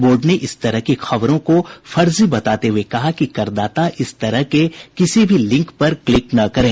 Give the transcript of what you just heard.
board ने इस तरह की खबरों को फर्जी बताते हुए कहा है कि करदाता इस तरह के किसी भी लिंक पर क्लिक न करें